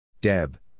Deb